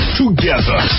together